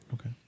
Okay